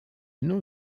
nom